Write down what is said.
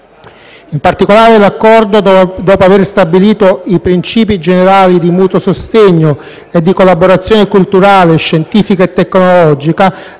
In particolare l'Accordo, dopo aver stabilito i princìpi generali di mutuo sostegno e di collaborazione culturale, scientifica e tecnologica